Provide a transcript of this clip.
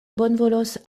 bonvolos